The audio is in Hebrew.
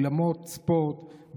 אולמות ספורט,